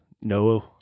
no